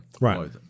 Right